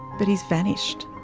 but he's vanished.